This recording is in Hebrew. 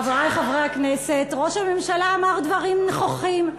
חברי חברי הכנסת, ראש הממשלה אמר דברים נכוחים.